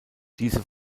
diese